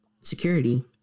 security